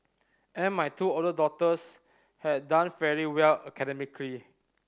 and my two older daughters had done fairly well academically